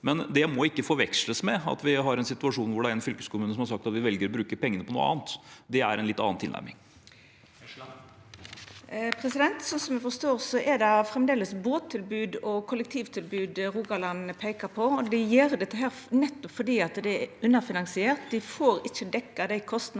Men det må ikke forveksles med at vi har en situasjon hvor det er en fylkeskommune som har sagt at de velger å bruke pengene på noe annet. Det er en litt annen tilnærming. Liv Kari Eskeland (H) Slik eg forstår, er det framleis båttilbod og kollektivtilbod Rogaland peiker på, og dei gjer det nettopp fordi det er underfinansiert. Dei får ikkje dekt dei kostnadane